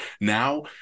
Now